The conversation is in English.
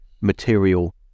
material